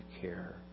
care